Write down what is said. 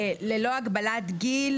ללא הגבלת גיל.